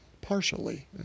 partially